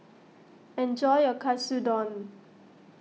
enjoy your Katsudon